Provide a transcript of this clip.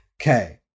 okay